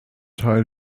teil